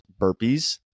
burpees